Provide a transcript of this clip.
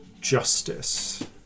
justice